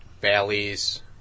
Valley's